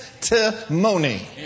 testimony